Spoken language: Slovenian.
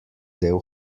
del